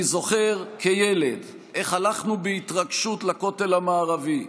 אני זוכר, כילד, איך הלכנו בהתרגשות לכותל המערבי,